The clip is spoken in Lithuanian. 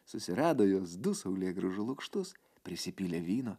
susirado jos du saulėgrąžų lukštus prisipylė vyno